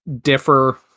differ